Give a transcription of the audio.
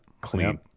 Clean